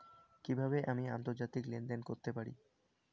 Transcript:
কি কিভাবে আমি আন্তর্জাতিক লেনদেন করতে পারি?